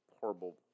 horrible –